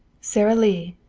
sara lee,